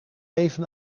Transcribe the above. even